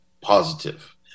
positive